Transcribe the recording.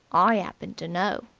i appen to know,